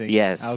yes